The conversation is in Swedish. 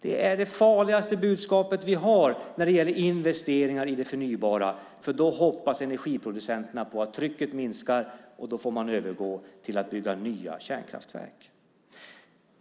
Det är det farligaste budskapet vi har när det gäller investeringar i det förnybara, för då hoppas energiproducenterna på att trycket minskar, och då får man övergå till att bygga nya kärnkraftverk.